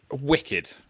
wicked